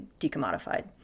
decommodified